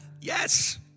Yes